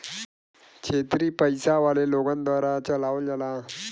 क्षेत्रिय पइसा वाले लोगन द्वारा चलावल जाला